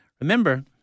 remember